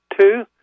two